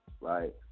right